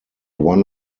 one